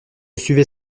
suivais